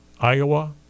Iowa